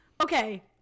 Okay